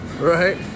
Right